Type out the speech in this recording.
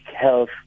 health